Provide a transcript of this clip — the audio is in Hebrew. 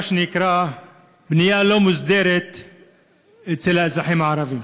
מה שנקרא בנייה לא מוסדרת אצל האזרחים הערבים.